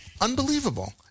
unbelievable